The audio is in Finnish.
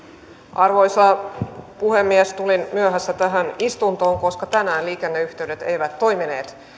arvoisa puhemies tulin myöhässä tähän istuntoon koska tänään liikenneyhteydet eivät toimineet